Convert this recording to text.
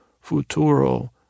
futuro